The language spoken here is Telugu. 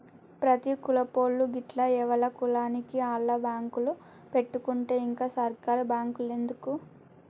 ప్రతి కులపోళ్లూ గిట్ల ఎవల కులానికి ఆళ్ల బాంకులు పెట్టుకుంటే ఇంక సర్కారు బాంకులెందుకు